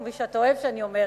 כפי שאתה אוהב שאני אומרת,